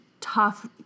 tough